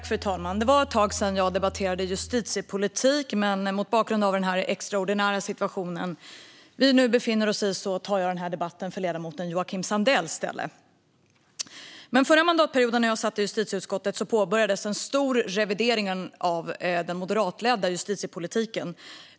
Fru talman! Det var ett tag sedan jag debatterade justitiepolitik, men mot bakgrund av den extraordinära situation vi befinner oss i tar jag denna debatt i ledamoten Joakim Sandells ställe. Förra mandatperioden, när jag satt i justitieutskottet, påbörjades en stor revidering av den moderatledda justitiepolitiken.